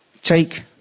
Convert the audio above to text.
Take